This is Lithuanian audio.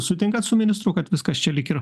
sutinkat su ministru kad viskas čia lyg ir